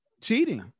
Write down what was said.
cheating